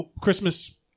Christmas